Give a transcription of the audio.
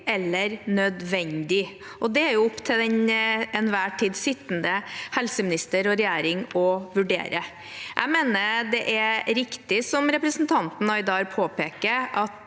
eller nødvendig, og det er jo opp til den til enhver tid sittende helseminister og regjering å vurdere. Jeg mener det er riktig, som representanten Aydar påpeker,